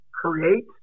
create